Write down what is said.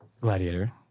Gladiator